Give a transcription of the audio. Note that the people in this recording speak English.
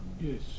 Yes